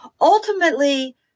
Ultimately